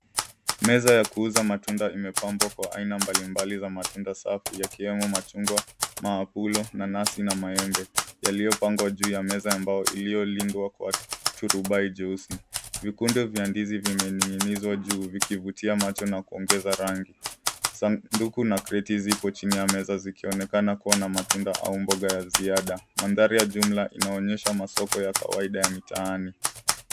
Meza ya kuuza matunda imepambwa kwa aina mbali mbali za matunda safi yakiwemo machungwa, maabulo, nanasi na maembe yaliyopangwa juu ya meza ya mbao iliyolindwa kwa turubai jeusi. Vikundi vya ndizi zimening'inizwa juu vikivutia macho na kuongeza rangi. Sanduku na kreti zipo chini ya meza zikionekana kuwa na matunda au mboga ya ziada. Mandhari ya jumla inaonyesha masoko ya kawaida ya mitaani.